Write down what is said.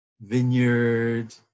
Vineyard